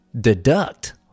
deduct